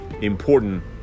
important